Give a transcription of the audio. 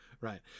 Right